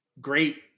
great